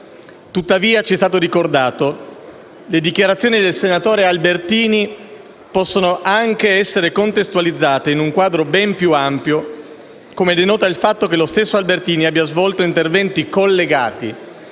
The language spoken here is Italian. tuttavia - ci è stato ricordato - le dichiarazioni del senatore Albertini possono anche essere contestualizzate in un quadro ben più ampio, come denota il fatto che lo stesso Albertini abbia svolto interventi collegati